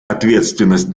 ответственность